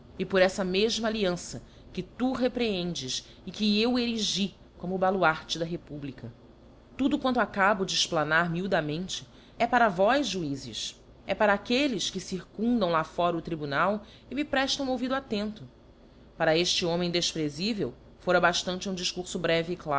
e por eíta mefma alliança que tu reprehendes e que eu erigi como o baluarte da republica tudo quanto acabo de explanar miudamente é para vós juizes é para aquelles que circundam lá fora o tribunal e me preftam ouvido attento para efte homem defprefivel fora baftante um difcurfo breve